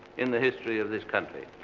in the history of this country.